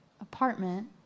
apartment